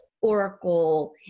oracle